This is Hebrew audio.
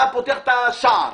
אתה פותח את השער.